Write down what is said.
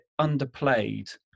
underplayed